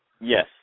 Yes